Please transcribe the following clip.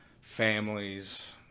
families